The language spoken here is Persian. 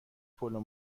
پلو